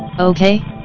Okay